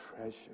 treasure